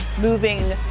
moving